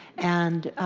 and